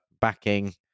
backing